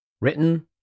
Written